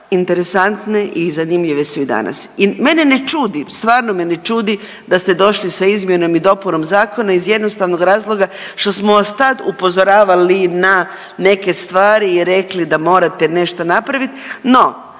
interesantne i zanimljive su i danas i mene ne čudi, stvarno me ne čudi da ste došli sa izmjenom i dopunom zakona iz jednostavnog razloga što smo vas tad upozoravali na neke stvari i rekli da morate nešto napravit, no